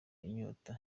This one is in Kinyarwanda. inyota